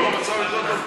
היום המצב יותר טוב.